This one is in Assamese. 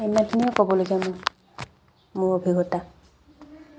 ইমানখিনিয়ে ক'বলগীয়া মোৰ মোৰ অভিজ্ঞতা